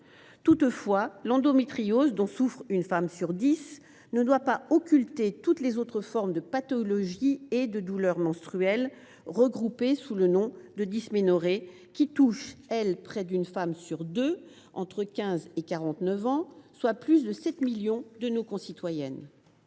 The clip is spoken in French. Toutefois, l’endométriose, dont souffre une femme sur dix, ne doit pas occulter toutes les autres formes de pathologies et de douleurs menstruelles, regroupées sous le nom de « dysménorrhées », qui touchent près d’une femme sur deux entre 15 et 49 ans, soit plus de 7 millions de nos concitoyennes.